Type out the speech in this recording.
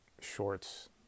shorts